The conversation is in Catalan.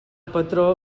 patró